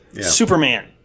Superman